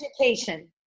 education